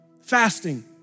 fasting